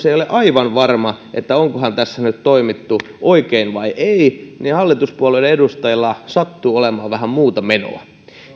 ei ole aivan varma että onkohan tässä nyt toimittu oikein vai ei hallituspuolueiden edustajilla sattuu olemaan vähän muuta menoa